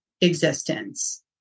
existence